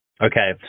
Okay